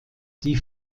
die